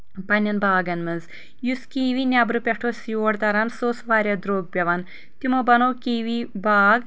پننٮ۪ن باغن منٛز یُس کیٖوی نٮ۪برٕ پٮ۪ٹھ اوس یور تران سۄ اوس واریاہ درٛوگ پٮ۪وان تمو بنوو کیٖوی باغ